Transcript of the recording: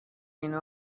اینو